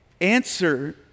answer